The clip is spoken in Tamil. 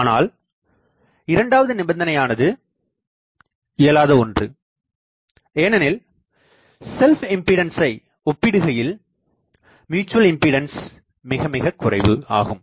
ஆனால் இரண்டாவது நிபந்தனையானது இயலாத ஒன்று ஏனெனில் செல்ப்இம்பீடன்சை ஒப்பிடுகையில் மியூச்சுவல் இம்பீடன்ஸ் மிக மிககுறைவு ஆகும்